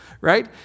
right